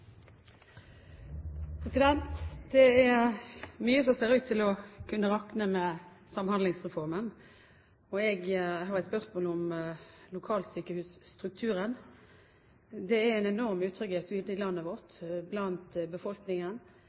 mye som ser ut til å kunne rakne med Samhandlingsreformen. Jeg har et spørsmål om lokalsykehusstrukturen. Det er en enorm utrygghet rundt i landet vårt – blant befolkningen,